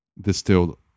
distilled